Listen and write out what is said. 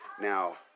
Now